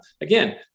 Again